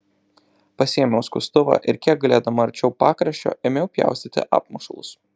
pasiėmiau skustuvą ir kiek galėdama arčiau pakraščio ėmiau pjaustyti apmušalus